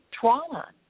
trauma